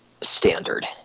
standard